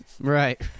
Right